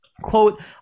Quote